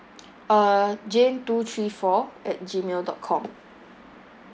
uh jane two three four at Gmail dot com